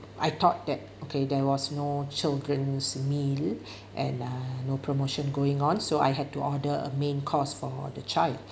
I thought that okay there was no children's meal and uh no promotion going on so I had to order a main course for the child